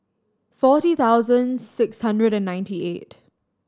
forty thousand six hundred and ninety eight